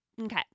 Okay